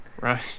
right